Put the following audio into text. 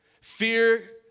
fear